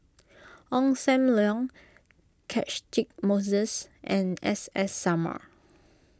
Ong Sam Leong Catchick Moses and S S Sarma